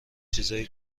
چیزای